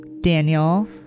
Daniel